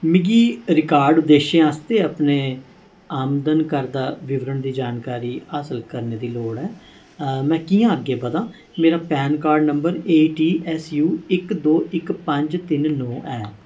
मिगी रकार्ड उद्देशें आस्तै अपने आमदन कर दा विवरण दी जानकारी हासल करने दी लोड़ ऐ में कि'यां अग्गें बधां मेरा PAN card number A T S U इक दो इक पंज तिन नौ ऐ